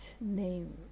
name